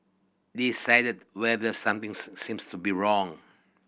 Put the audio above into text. decide whether something seems to be wrong